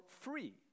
free